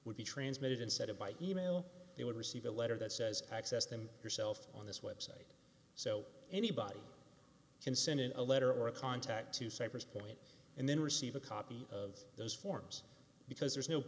would be transmitted instead of by email they would receive a letter that says access them yourself on this website so anybody can send in a letter or a contact to cypress point and then receive a copy of those forms because